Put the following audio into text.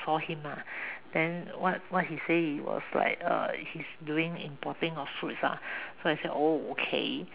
saw him lah then what what he say he was like err he's doing importing of fruits lah so I said oh okay